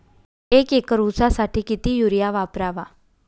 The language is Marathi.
एक एकर ऊसासाठी किती युरिया वापरावा?